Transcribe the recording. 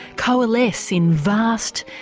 coalesce in vast,